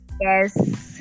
Yes